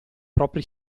propri